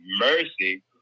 mercy